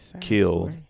killed